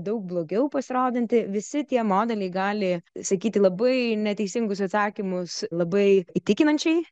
daug blogiau pasirodantį visi tie modeliai gali sakyti labai neteisingus atsakymus labai įtikinančiai